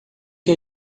que